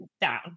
down